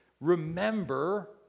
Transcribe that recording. remember